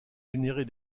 générer